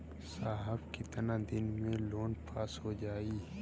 साहब कितना दिन में लोन पास हो जाई?